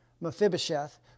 Mephibosheth